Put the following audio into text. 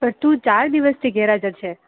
પણ તું ચાર દિવસથી ગેરહજાર છે